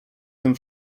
tym